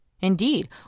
Indeed